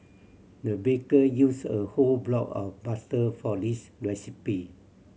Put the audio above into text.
the baker used a whole block of butter for this recipe